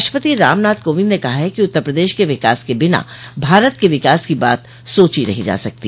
राष्ट्रपति रामनाथ कोविंद ने कहा है कि उत्तर प्रदेश के विकास के बिना भारत के विकास की बात सोची नहीं जा सकती